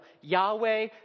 Yahweh